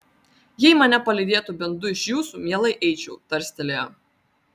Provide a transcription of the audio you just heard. jei mane palydėtų bent du iš jūsų mielai eičiau tarstelėjo